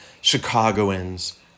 Chicagoans